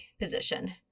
position